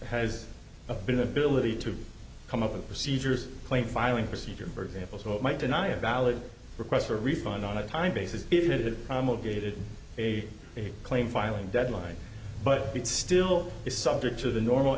has been ability to come up with procedures claim filing procedure for example so it might deny a valid request a refund on a time basis if you needed from a gated a claim filing deadline but it still is subject to the normal